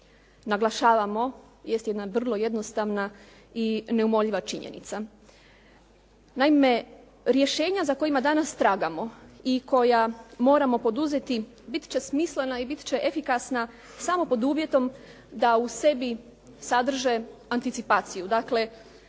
naglašavamo jest jedna vrlo jednostavna i neumoljiva činjenica. Naime, rješenja za kojima danas tragamo i koja moramo poduzeti bit će smislena i bit će efikasna samo pod uvjetom da u sebi sadrže anticipaciju.